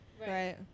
right